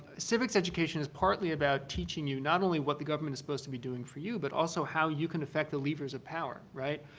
civics education is partly about teaching you not only what the government is supposed to be doing for you but also how you can affect the levers of power, right.